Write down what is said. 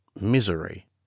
misery